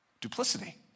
Duplicity